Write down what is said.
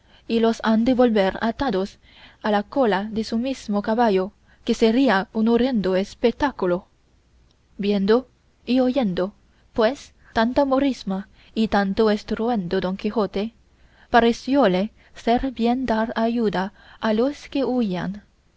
y los han de volver atados a la cola de su mismo caballo que sería un horrendo espetáculo viendo y oyendo pues tanta morisma y tanto estruendo don quijote parecióle ser bien dar ayuda a los que huían